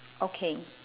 okay